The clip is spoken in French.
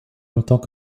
longtemps